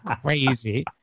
crazy